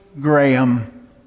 Graham